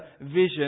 vision